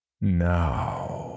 Now